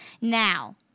Now